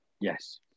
Yes